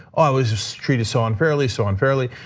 i was just treated so unfairly, so unfairly.